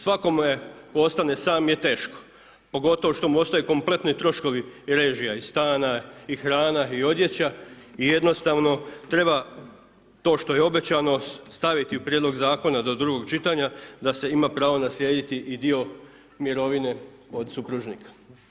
Svakome tko ostane sam je teško, pogotovo što mu ostaje kompletno i troškovi i režija i stana, i hrana i odjeća i jednostavno treba to što je obećano staviti u Prijedlog zakona do drugog čitanja da se ima pravo naslijediti i dio mirovine od supružnika.